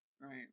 Right